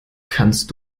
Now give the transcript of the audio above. kannst